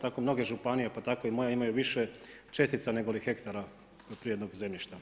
tako mnoge županije pa tako i moja imaju više čestice nego li hektara poljoprivrednog zemljišta.